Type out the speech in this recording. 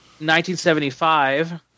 1975